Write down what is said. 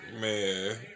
Man